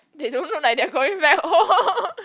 they don't look like they're going back home